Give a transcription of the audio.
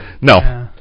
no